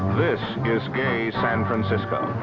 this is gay san francisco,